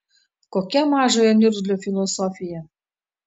kokia mažojo niurzglio filosofija